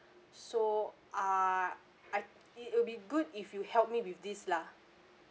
so ah I it will be good if you help me with this lah